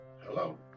Hello